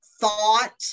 thought